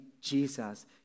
Jesus